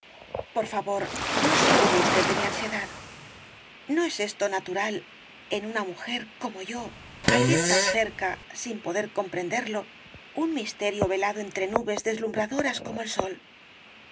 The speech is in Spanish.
por favor no se burle usted de mi ansiedad no es esto natural en una mujer como yo al ver tan cerca sin poder comprenderlo un misterio velado entre nubes deslumbradoras como el sol pero